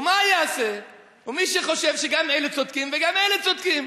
ומה יעשה מי שחושב שגם אלה צודקים וגם אלה צודקים?